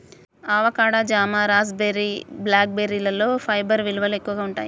avocado, జామ, raspberry, black బెర్రీలలో fibre విలువలు ఎక్కువగా ఉంటాయి